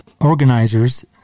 organizers